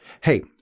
Hey